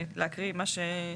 להקריא מה שזה?